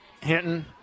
Hinton